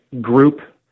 group